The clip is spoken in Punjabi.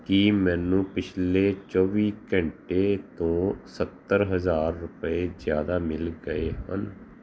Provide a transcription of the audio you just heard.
ਕੀ ਮੈਨੂੰ ਪਿਛਲੇ ਚੌਵੀ ਘੰਟੇ ਤੋਂ ਸੱਤਰ ਹਜ਼ਾਰ ਰੁਪਏ ਜ਼ਿਆਦਾ ਮਿਲ ਗਏ ਹਨ